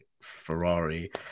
Ferrari